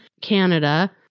Canada